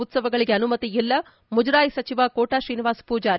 ಉತ್ಸವಗಳಿಗೆ ಅನುಮತಿ ಇಲ್ಲ ಮುಜರಾಯಿ ಸಚಿವ ಕೋಟಾ ಶ್ರೀನಿವಾಸ ಪೂಜಾರಿ